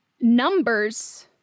numbers